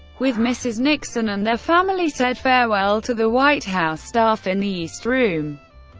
with mrs. nixon and their family, said farewell to the white house staff in the east room.